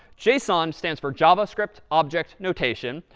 json stands for javascript object notation,